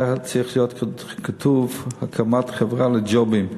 היה צריך להיות כתוב: הקמת חברה לג'ובים.